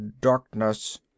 Darkness